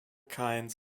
kinds